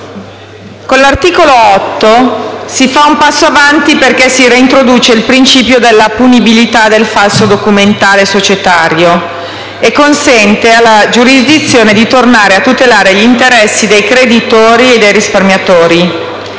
con l'articolo 8 si fa un passo in avanti, perché si reintroduce il principio della punibilità del falso documentale societario e si consente alla giurisdizione di tornare a tutelare gli interessi dei creditori e dei risparmiatori.